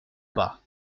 pas